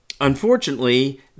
Unfortunately